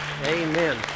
Amen